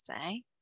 today